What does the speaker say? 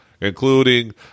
including